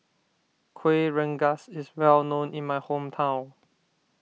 Kuih Rengas is well known in my hometown